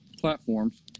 platforms